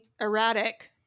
erratic